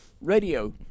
radio